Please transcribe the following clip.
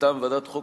מטעם ועדת החוקה,